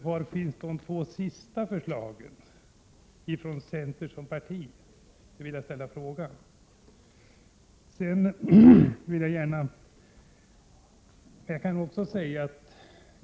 Var finns de två senare förslagen i yrkanden från centern?